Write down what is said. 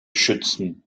schützen